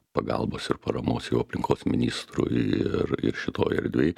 pagalbos ir paramos jų aplinkos ministrui ir ir šitoj erdvėj